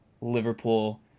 Liverpool